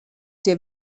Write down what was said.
sehr